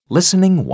Listening